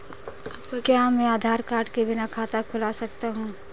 क्या मैं आधार कार्ड के बिना खाता खुला सकता हूं?